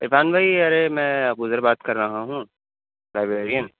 عرفان بھائی ارے میں ابوذر بات کر رہا ہوں لائبریرین